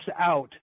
out